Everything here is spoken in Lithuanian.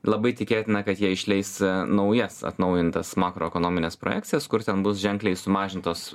labai tikėtina kad jie išleis naujas atnaujintas makroekonomines projekcijas kur ten bus ženkliai sumažintos